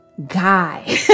Guy